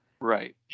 Right